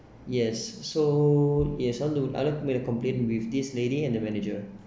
yes so yes I want to I'd like to make a complaint with this lady and the manager